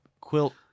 quilt